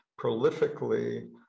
prolifically